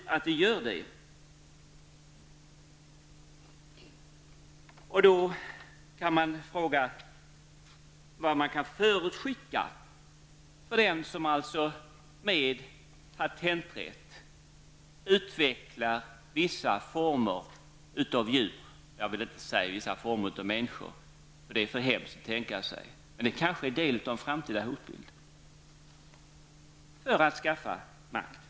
Man frågar sig då vad som går att förutskicka för den som utvecklar och tar patent på vissa former av djur. Jag vill inte säga vissa former av människor, för det är alltför hemskt att tänka sig, men detta är kanske en del av vår framtida hotbild. Allt detta för att skaffa sig makt.